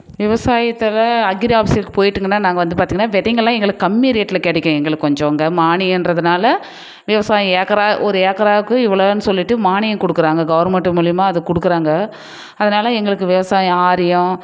விவசாயத்தில் அக்ரி ஆஃபீஸுக்கு போயிட்டுங்கன்னால் நாங்கள் வந்து பார்த்தீங்கன்னா விதைங்க எல்லாம் எங்களுக்கு கம்மி ரேட்டில் கிடைக்கும் எங்களுக்கு கொஞ்சம் இங்கே மானியன்றதுனால் விவசாயம் ஏக்கராக ஒரு ஏக்கராவுக்கு இவ்வளோன்னு சொல்லிட்டு மானியம் கொடுக்குறாங்க கவர்மெண்ட்டு மூலிமா அதை கொடுக்கறாங்க அதனால் எங்களுக்கு விவசாயம் ஆரியம்